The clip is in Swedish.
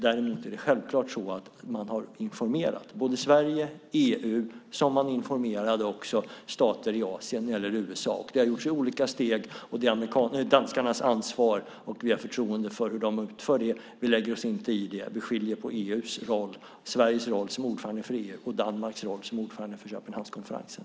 Däremot är det självklart så att man har informerat både Sverige och EU men också stater i Asien eller i USA. Det har gjorts i olika steg. Det är danskarnas ansvar, och vi har förtroende för hur de utför detta. Vi lägger oss inte i det. Vi skiljer på EU:s roll, Sveriges roll som ordförande för EU och Danmarks roll som ordförande för Köpenhamnskonferensen.